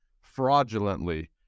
Fraudulently